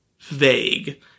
vague